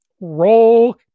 roll